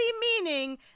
meaning